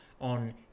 on